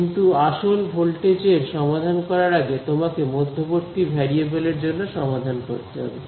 কিন্তু আসল ভোল্টেজ এর সমাধান করার আগে তোমাকে মধ্যবর্তী ভেরিয়েবল এর জন্য সমাধান করতে হবে